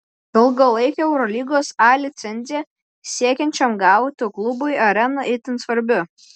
ilgalaikę eurolygos a licenciją siekiančiam gauti klubui arena itin svarbi